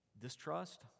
distrust